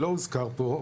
שלא הוזכר פה,